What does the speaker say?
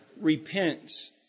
repents